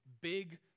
big